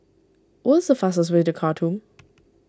what is the fastest way to Khartoum